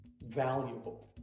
valuable